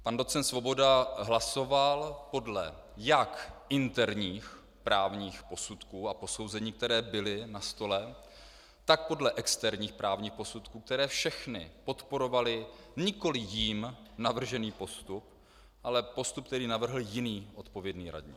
Pan doc. Svoboda hlasoval podle jak interních právních posudků a posouzení, které byly na stole, tak podle externích právních posudků, které všechny podporovaly nikoliv jím navržený postup, ale postup, který navrhl jiný odpovědný radní.